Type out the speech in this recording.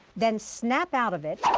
then snap out of it,